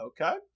Okay